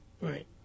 Right